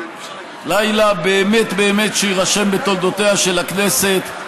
לילה שבאמת באמת יירשם בתולדותיה של הכנסת,